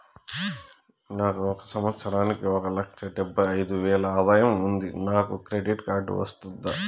నాకు ఒక సంవత్సరానికి ఒక లక్ష డెబ్బై అయిదు వేలు ఆదాయం ఉంది నాకు క్రెడిట్ కార్డు వస్తుందా?